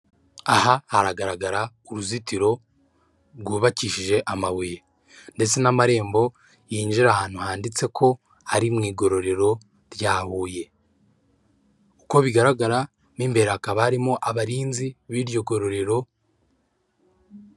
Aha hagaragara uruzitiro rwubakishije amabuye ndetse n'amarembo yinjira ahantu handitse ko hari mu igororero rya Huye, uko bigaragara mu imbere hakaba harimo abarinzi b'iryo gororero.